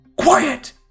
Quiet